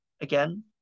again